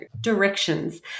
directions